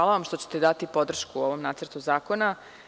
Hvala vam što ćete dati podršku ovom nacrtu zakona.